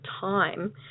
time